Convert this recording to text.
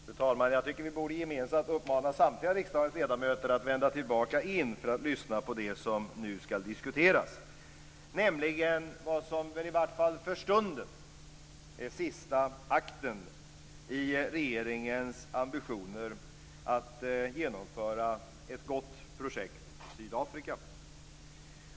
Fru talman! Jag tycker att vi gemensamt borde uppmana samtliga riksdagens ledamöter att vända tillbaka in i kammaren för att lyssna på det som nu ska diskuteras, nämligen vad som - i vart fall för stunden - är sista akten i regeringens ambitioner att genomföra ett gott projekt i Sydafrika.